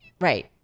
right